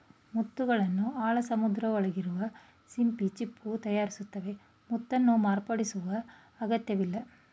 ಮುತ್ತುಗಳನ್ನು ಆಳ ಸಮುದ್ರದೊಳಗಿರುವ ಸಿಂಪಿ ಚಿಪ್ಪು ತಯಾರಿಸ್ತವೆ ಮುತ್ತನ್ನು ಮಾರ್ಪಡಿಸುವ ಅಗತ್ಯವಿಲ್ಲ